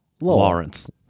Lawrence